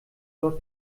dort